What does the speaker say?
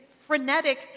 frenetic